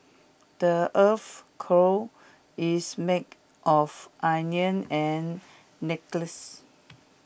the Earth's core is made of iron and necklace